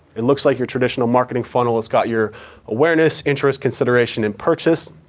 it looks like your traditional marketing funnel. it's got your awareness, interest, consideration, and purchase.